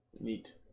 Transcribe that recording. neat